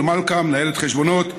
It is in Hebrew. ולמלכה מנהלת חשבונות,